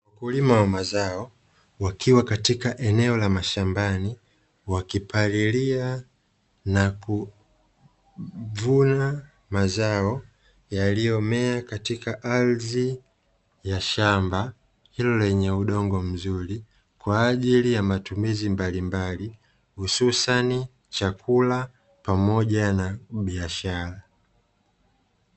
Mukulima wa mazao wakiwa katika eneo la mashambani, wakipalilia na kuvuna mazao yaliyomea katika ardhi ya shamba hilo, lenye udongo mzuri kwa ajili ya matumizi mbalimbali, hususani chakula pamoja na biashara.